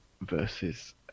versus